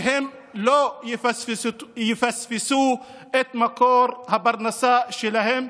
שהם לא יפספסו את מקור הפרנסה שלהם.